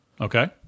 Okay